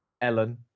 Ellen